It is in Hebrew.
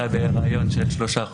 לבד ולא היה מה לעשות.